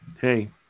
hey